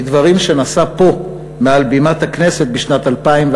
מדברים שנשא פה מעל בימת הכנסת בשנת 2001: